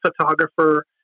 photographer